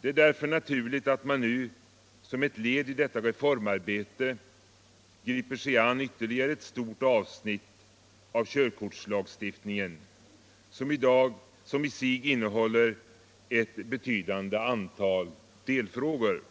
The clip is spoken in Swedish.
Det är därför naturligt att man nu som ett led i detta reformarbete griper sig an ytterligare ett stort avsnitt av körkortslagstiftningen, som i sig innehåller ett betydande antal delfrågor.